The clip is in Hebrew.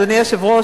אדוני היושב-ראש,